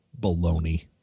baloney